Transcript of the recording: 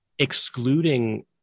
excluding